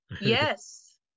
yes